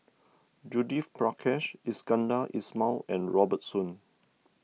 Judith Prakash Iskandar Ismail and Robert Soon